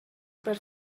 per